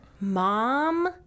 mom